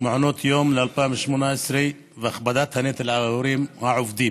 מעונות יום ל-2018 והכבדת הנטל על ההורים העובדים.